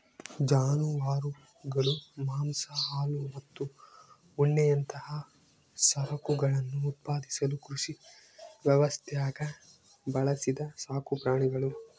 ಜಾನುವಾರುಗಳು ಮಾಂಸ ಹಾಲು ಮತ್ತು ಉಣ್ಣೆಯಂತಹ ಸರಕುಗಳನ್ನು ಉತ್ಪಾದಿಸಲು ಕೃಷಿ ವ್ಯವಸ್ಥ್ಯಾಗ ಬೆಳೆಸಿದ ಸಾಕುಪ್ರಾಣಿಗುಳು